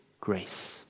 grace